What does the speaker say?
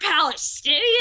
palestinian